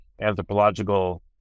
anthropological